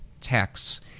texts